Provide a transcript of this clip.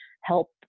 help